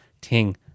Ting